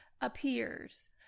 appears